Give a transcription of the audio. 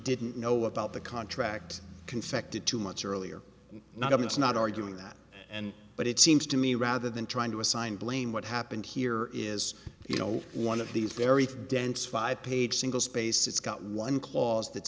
didn't know about the contract confected too much earlier not up it's not arguing that and but it seems to me rather than trying to assign blame what happened here is you know one of these very dense five page single spaced it's got one clause that